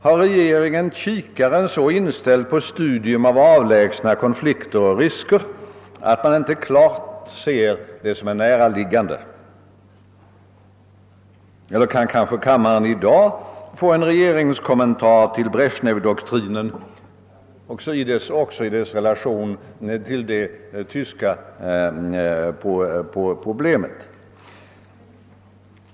Har regeringen kikaren så inställd på studium av avlägsna konflikter och risker, att man inte klart ser det som är näraliggan de? Eller kan kanske kammaren i dag få en regeringskommentar till Brezjnevydoktrinen också i dess relation till det tyska problemet?